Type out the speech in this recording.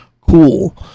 cool